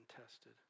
tested